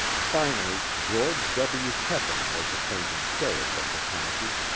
finally, george w. peppin was appointed sheriff of the county,